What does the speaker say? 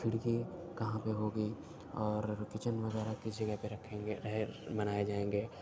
کھڑکی کہاں پہ ہوگی اور کچن وغیرہ کس جگہ پہ رکھیں گے رہیر بنائے جائیں گے